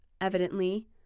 Evidently